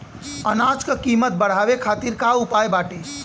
अनाज क कीमत बढ़ावे खातिर का उपाय बाटे?